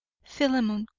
philemon,